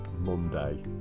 Monday